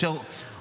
אשר